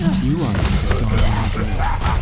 you are like a dawning day.